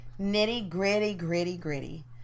Nitty-gritty-gritty-gritty